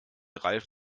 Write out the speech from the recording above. ralf